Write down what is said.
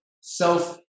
self